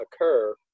occur